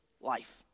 life